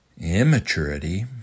Immaturity